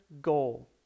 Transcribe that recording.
goal